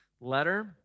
letter